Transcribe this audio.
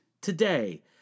Today